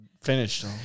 finished